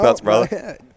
brother